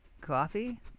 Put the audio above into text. coffee